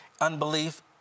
unbelief